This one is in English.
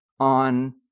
on